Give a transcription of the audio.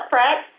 Fred